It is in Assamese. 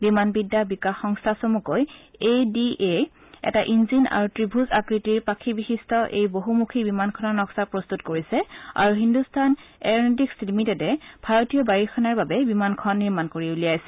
বিমানবিদ্যা বিকাশ সংস্থা চমুকৈ এ ডি এয়ে এটা ইঞ্জিন আৰু ত্ৰিভূজ আকৃতিৰ পাখি বিশিষ্ট এই বহুমুখী বিমানখনৰ নক্সা প্ৰস্তুত কৰিছে আৰু হিন্দুস্থান এৰোনেটিক্স লিমিটেডে ভাৰতীয় বায়ু সেনাৰ বাবে বিমানখন নিৰ্মাণ কৰি উলিয়াইছে